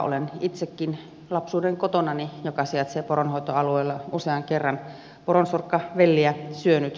olen itsekin lapsuudenkodissani joka sijaitsee poronhoitoalueella usean kerran poronsorkkavelliä syönyt